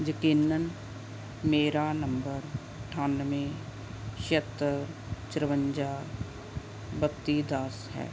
ਯਕੀਨਨ ਮੇਰਾ ਨੰਬਰ ਅਠਾਨਵੇਂ ਛਿਹੱਤਰ ਚੁਰੰਜਾ ਬੱਤੀ ਦਸ ਹੈ